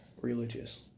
Religious